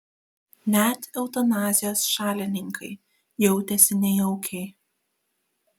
net eutanazijos šalininkai jautėsi nejaukiai